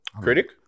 Critic